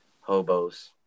hobos